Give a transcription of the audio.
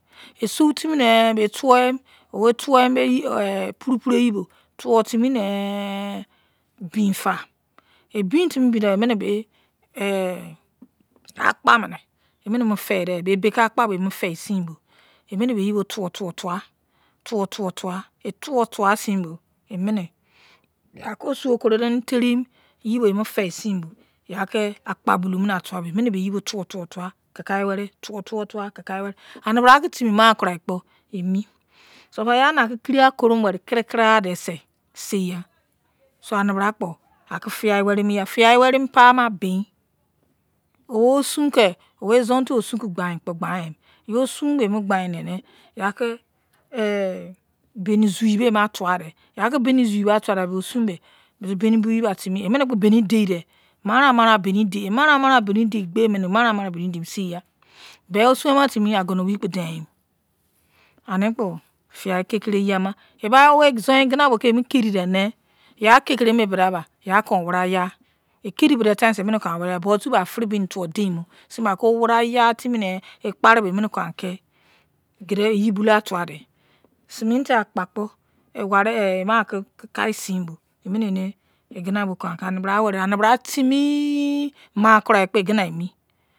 Esutimine boi tuimi wee tunmi puru puru eyibo tuwa timine bei yi bo gbein fa bein timi bein doba emi bo ba akpa mine eminemo beiyi bo tuwo tuwo tuwa yei tuwa tuwasin bo emine akun osun okurodern teriyinu yibo emeni moi kon aki akpa buma tuwasin bo kikaweri, tuwo tuwo tuwa kikaiweri tuwo tuwo tuwa kikaiweri timi maikarai kpo emi so far ya aniki kiri weri weri kiri kiri ya sein seigha. So anibra kpo fiyai werimiya fiyai weriemi paama bein wir osun kei wei izon-otun osun kon gbein mu kpo gbain yo osun bei emu gbein dei kpo gbein ofo osun bei emu gbein dei ne ya ki beni zayi mai eme tuwadei bei osun bei beni buyei mai timi diedie, emaran maran beni diedei emaran maran beni diedei seigha bei osin ama fimu agono-owei kpo dein mi. Anikpo fiyai keriyi-ama eba izon-igina bo ki emo kedidene ya akekireme ki gbakpo yai kon owra ya ekedi bodese emine kon aki owra oya zuotu ba afiri beni kou aki deimu sinbo kon aki owra oya timi ne ekparibo kon aki yiya deinmunei or tuwadei cement akpo kpo eminaki kikasinbo igina bo kon aki anibra weri anibra timi ma-kumi kpo emi igina enil